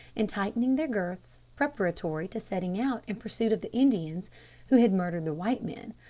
and tightening their girths, preparatory to setting out in pursuit of the indians who had murdered the white men,